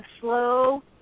slow